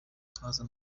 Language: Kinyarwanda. nkaza